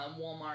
walmart